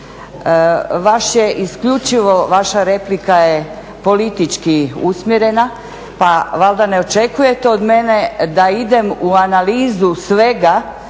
vaša replika je politički usmjerena, pa valjda ne očekujete od mene da idem u analizu svega